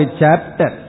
chapter